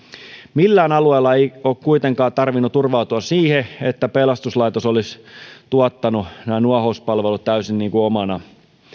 millään alueella ei ole kuitenkaan tarvinnut turvautua siihen että pelastuslaitos olisi tuottanut nämä nuohouspalvelut täysin omana